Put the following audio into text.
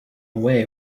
away